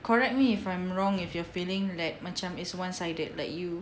correct me if I'm wrong if you're feeling like macam it's one sided like you